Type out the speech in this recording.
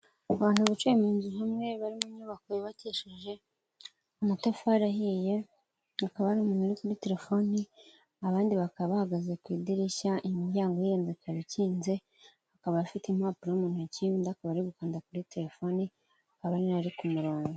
Abantu bicaye mu inzu hamwe bari mu nyubako yubakisheje amatafari ahiye, hakaba n'umuntuu uri kuri telefoni abandi bakaba bahagaze ku idirishya, imiryango yindi ikaba ikinze, akaba afite impapuro mu ntoki undi akaba ari gukanda kuri telefoni, abanbi bari ku murongo.